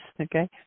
okay